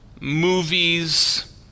movies